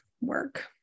work